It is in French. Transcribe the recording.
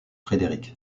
frédéric